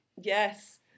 Yes